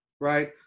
right